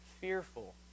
fearful